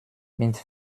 mit